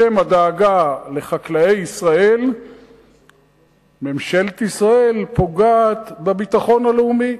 בשם הדאגה לחקלאי ישראל ממשלת ישראל פוגעת בביטחון הלאומי,